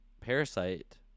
Parasite